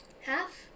Half